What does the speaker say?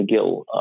McGill